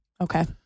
Okay